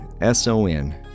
S-O-N